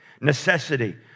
necessity